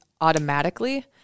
automatically